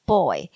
Boy